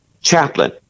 Chaplain